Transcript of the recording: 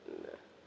mm